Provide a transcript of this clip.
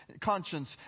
conscience